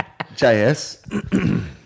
JS